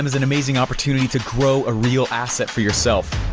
um is an amazing opportunity to grow a real asset for yourself.